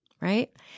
Right